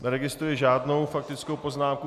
Neregistruji žádnou faktickou poznámku.